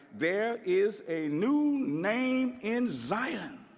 there is a new name in zion.